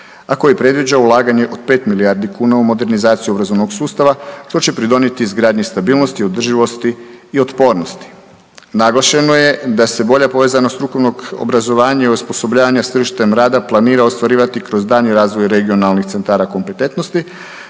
koji predviđa ulaganje od 5 milijardi kuna u modernizaciju obrazovnog sustava što će pridonijeti izgradnji stabilnosti, održivosti i otpornosti. Naglašeno je da se bolja povezanost strukovnog obrazovanja i osposobljavanja s tržištem rada planira ostvarivati kroz daljnji razvoj regionalnih centara kompetentnosti